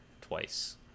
twice